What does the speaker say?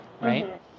Right